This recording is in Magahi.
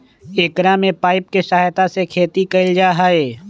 एकरा में पाइप के सहायता से खेती कइल जाहई